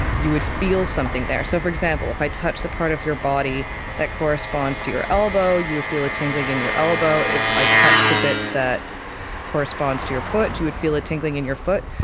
you would feel something there. so, for example, if i touch the part of your body that corresponds to your elbow, you would feel a tingling in your elbow. if i touch the bit that corresponds to your foot you would feel a tingling in your foot.